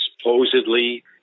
supposedly